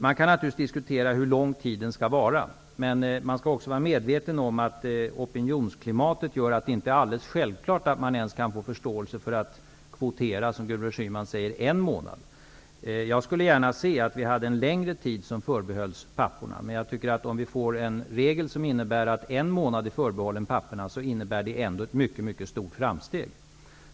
Man kan naturligtvis diskutera hur lång tiden skall vara, men man skall också vara medveten om att opinionsklimatet gör att det inte är helt självklart att man kan få förståelse för att kvotera, som Gudrun Schyman säger, ens en månad. Jag skulle gärna se att en längre tid förbehölls papporna, men jag tycker att en regel om en månad är ett mycket stort framsteg.